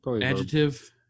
Adjective